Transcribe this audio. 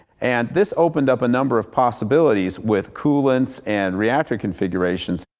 and this opened up a number of possibilities with coolants and reactor configurations.